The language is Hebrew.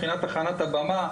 מבחינת הכנת הבמה,